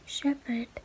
Shepherd